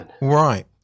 Right